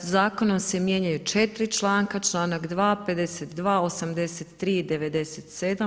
Zakonom se mijenjaju četiri članaka, članak 2., 52., 83. i 97.